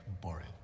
boring